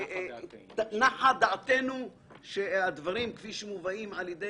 נחה דעתנו שהדברים כפי שמובאים על-ידי